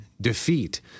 defeat